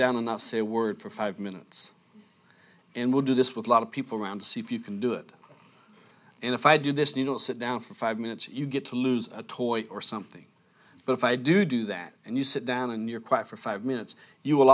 and not say a word for five minutes and we'll do this with a lot of people around to see if you can do it and if i do this needle sit down for five minutes you get to lose a toy or something but if i do do that and you sit down and you're quiet for five minutes you will